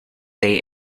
day